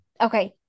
Okay